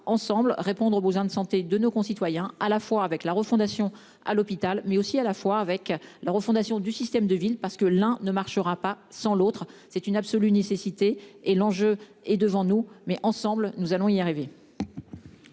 ensemble répondre aux besoins de santé de nos concitoyens à la fois avec la refondation à l'hôpital mais aussi à la fois avec la refondation du système de ville parce que l'un ne marchera pas sans l'autre, c'est une absolue nécessité et l'enjeu est devant nous, mais ensemble nous allons-y arriver.--